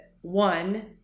one